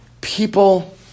people